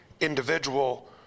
individual